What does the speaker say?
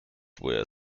were